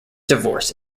divorced